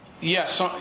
yes